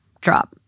drop